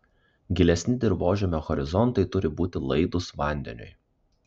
gilesni dirvožemio horizontai turi būti laidūs vandeniui